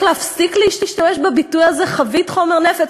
להפסיק להשתמש בביטוי הזה "חבית חומר נפץ".